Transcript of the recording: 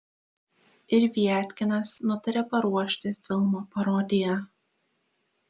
ir viatkinas nutarė paruošti filmo parodiją